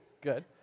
Good